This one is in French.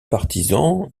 partisan